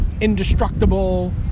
indestructible